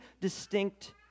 distinct